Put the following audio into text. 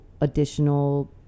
additional